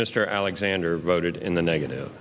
mr alexander voted in the negative